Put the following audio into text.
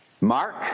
Mark